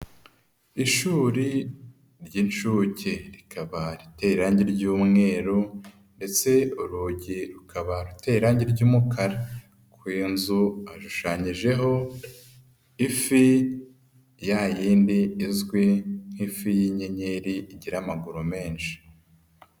Ishuri ry'inshuke, rikaba riteye irangi ry'umweru, ndetse urugi rukaba ruteye irangi ry'umukara. Ku nzu hashushanyijeho, ifi yayindi izwi nk'ifi y'inyenyeri igira amaguru menshi.